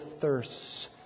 thirsts